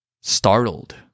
Startled